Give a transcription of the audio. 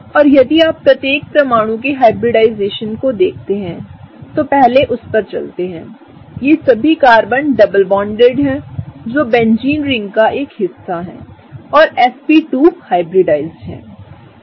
और यदि आप प्रत्येक परमाणु के हाइब्रिडाइजेशन को देखते हैं तो पहले उस पर चलते हैंयेसभीकार्बन डबल बांडेड हैं जो बेंजीन रिंग का एक हिस्सा हैं और sp2हाइब्रिडाइज्ड हैंठीक है